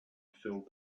filled